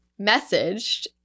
messaged